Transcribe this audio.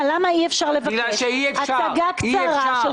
אי אפשר לבקש הצגה קצרה,